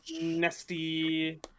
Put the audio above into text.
Nasty